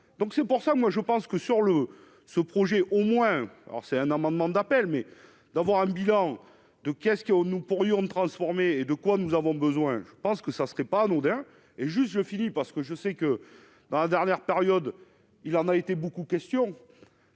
Donc c'est pour ça, moi je pense que sur le ce projet, au moins, or c'est un amendement d'appel mais d'avoir un bilan de qu'est-ce qui est au nous pourrions transformer et de quoi, nous avons besoin, je pense que ça serait pas anodin et juste, je finis parce que je sais que dans la dernière période, il en a été beaucoup question,